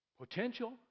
Potential